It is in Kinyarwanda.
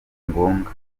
ngombwa